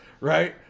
Right